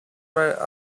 right